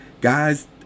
guys